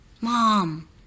Mom